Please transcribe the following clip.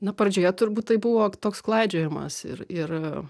na pradžioje turbūt tai buvo toks klaidžiojimas ir ir